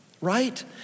right